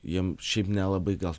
jiem šiaip nelabai gal